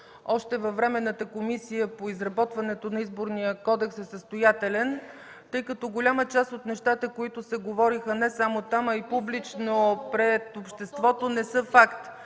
още във Временната комисия по изработването на Изборния кодекс е състоятелен, тъй като голяма част от нещата, които се говориха не само там, а и публично пред обществото, не са факт.